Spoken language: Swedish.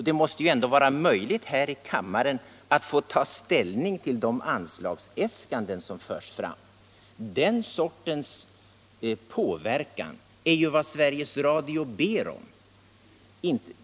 Det måste ju vara möjligt här i kammaren att få ta ställning till de anslagsäskanden som förs fram. Den sortens påverkan är vad Sveriges Radio ber om.